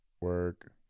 Work